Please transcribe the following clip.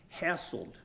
hassled